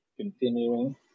continuing